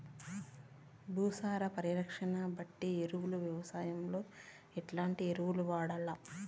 భూసార పరీక్ష బట్టి ఎరువులు వ్యవసాయంలో ఎట్లాంటి ఎరువులు వాడల్ల?